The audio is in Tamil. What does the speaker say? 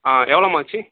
ஆ எவ்வளோம்மா ஆச்சு